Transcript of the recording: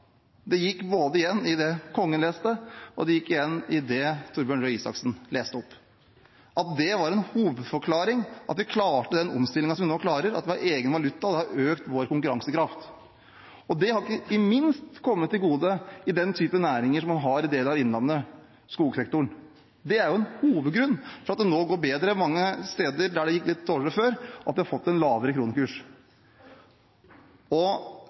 Det gikk igjen både i det Kongen leste, og i det Torbjørn Røe Isaksen leste opp, at det var en hovedforklaring på at vi klarte den omstillingen som vi nå klarer, at det å ha egen valuta har økt vår konkurransekraft. Det har ikke minst kommet til gode i den type næringer som man har i deler av innlandet, skogsektoren. En hovedgrunn til at det nå går bedre mange steder der det gikk litt dårligere før, er at vi har fått en lavere kronekurs. Statsministeren, som er så mot folkeavstemninger, bør være lykkelig for at folk sa nei i 1994, og